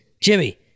Jimmy